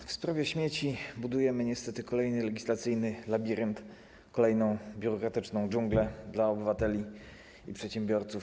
W sprawie śmieci budujemy niestety kolejny legislacyjny labirynt, kolejną biurokratyczną dżunglę dla obywateli i przedsiębiorców.